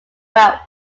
wealth